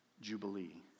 Jubilee